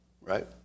right